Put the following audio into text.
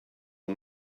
him